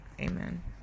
amen